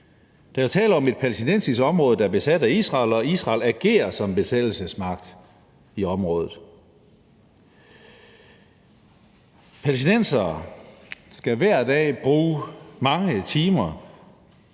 Der er tale om et palæstinensisk område, der er besat af Israel, og at Israel agerer som besættelsesmagt i området. Palæstinensere skal hver dag bruge mange timer